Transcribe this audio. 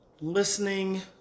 listening